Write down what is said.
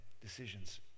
Decisions